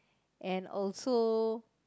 and also